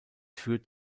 führt